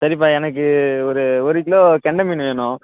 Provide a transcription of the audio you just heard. சரிப்பா எனக்கு ஒரு ஒரு கிலோ கெண்டைமீனு வேணும்